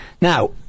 now